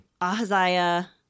Ahaziah